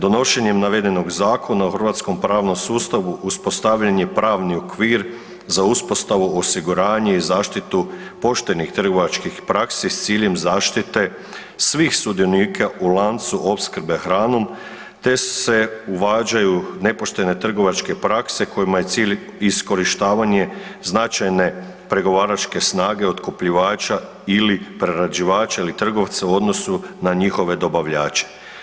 Donošenjem navedenog zakona u hrvatskom pravnom sustavu uspostavljen je pravni okvir za uspostavu, osiguranje i zaštitu poštenih trgovačkih praksi s ciljem zaštite svih sudionika u lancu opskrbe hranom te se uvađaju nepoštene trgovačke prakse kojima je cilj iskorištavanje značajne pregovaračke snage otkupljivača ili prerađivača ili trgovca u odnosu na njihove dobavljače.